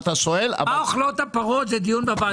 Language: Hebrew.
מה אוכלות הפרות זה דיון לוועדה לפניות הציבור.